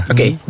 Okay